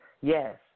Yes